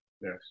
Yes